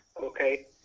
okay